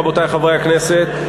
רבותי חברי הכנסת,